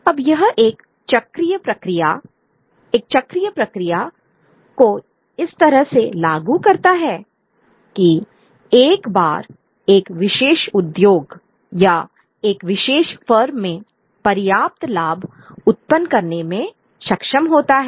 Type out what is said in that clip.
अब यह एक चक्रीय प्रक्रिया एक चक्रीय प्रक्रिया को इस तरह से लागू करता है कि एक बार एक विशेष उद्योग या एक विशेष फर्म में पर्याप्त लाभ उत्पन्न करने सक्षम होता है